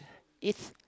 it's